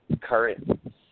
current